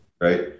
right